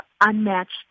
unmatched